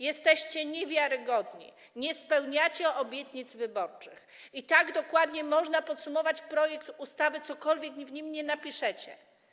Jesteście niewiarygodni, nie spełniacie obietnic wyborczych - dokładnie tak można podsumować projekt ustawy, cokolwiek w nim napiszecie.